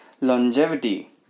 Longevity